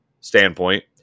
standpoint